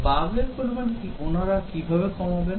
bug এর পরিমান কিভাবে ওনারা কমাবেন